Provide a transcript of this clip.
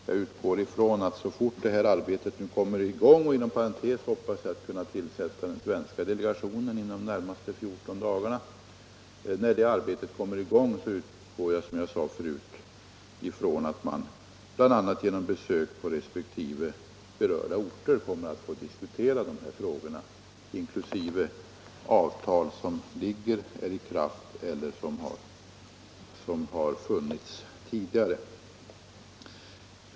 Jag utgår ifrån att så fort detta arbete kommer i gång — och inom parentes sagt hoppas jag kunna tillsätta den svenska delegationen under de närmaste 14 dagarna - kommer man, bl.a. genom besök på resp. berörda orter, att få diskutera dessa frågor, inkl. avtal som är i kraft eller har funnits tidigare.